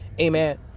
amen